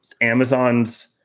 Amazon's